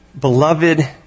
Beloved